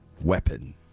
weapon